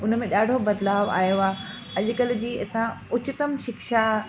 उनमें ॾाढो बदलाव आयो आहे अॼु कल्ह जी असां उच्चतम शिक्षा